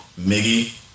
Miggy